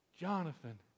Jonathan